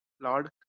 Lord